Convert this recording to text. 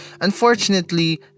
Unfortunately